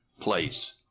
place